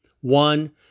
One